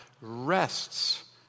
rests